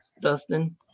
Dustin